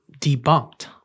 debunked